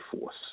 force